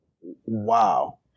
Wow